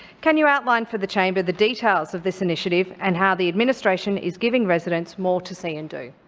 can you outline for the chamber the details of this initiative, and how the administration is giving residents more to see and do?